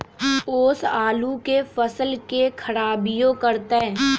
ओस आलू के फसल के खराबियों करतै?